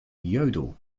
yodel